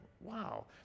Wow